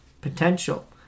potential